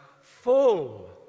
full